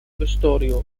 историю